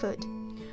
food